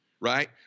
right